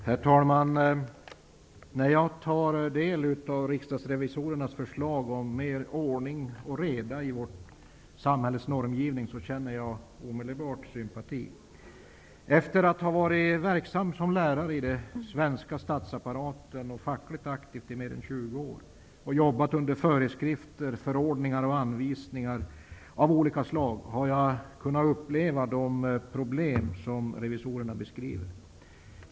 Herr talman! När jag tar del av riksdagsrevisorernas förslag om mer ordning och reda i vårt samhälles normgivning känner jag omedelbart sympati. Eftersom jag har varit verksam som lärare i den svenska statsapparaten och eftersom jag har varit fackligt aktiv i mer än 20 år och jobbat under föreskrifter, förordningar och anvisningar av olika slag har jag kunnat uppleva de problem som revisorerna beskriver.